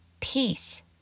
Peace